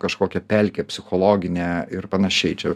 kažkokią pelkę psichologinę ir panašiai čia